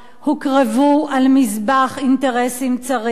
הוקרבו על מזבח אינטרסים צרים.